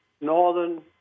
northern